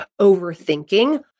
overthinking